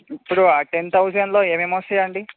ఇప్పుడు ఆ టెన్ థౌసండ్లో ఏమేమి వస్తాయి అండి